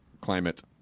climate